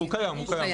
הוא קיים.